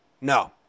No